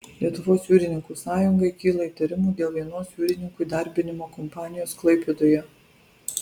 lietuvos jūrininkų sąjungai kyla įtarimų dėl vienos jūrininkų įdarbinimo kompanijos klaipėdoje